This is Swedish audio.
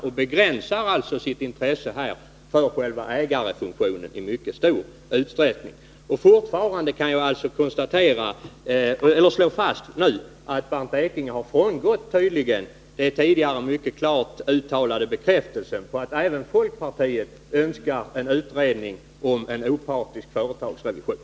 Man begränsar alltså sitt intresse här i mycket stor utsträckning till själva ägarfunktionen. Fortfarande måste jag alltså slå fast att Bernt Ekinge tydligen frångått den tidigare mycket klart uttalade bekräftelsen på att även folkpartiet vill ha en utredning om en opartisk företagsrevision.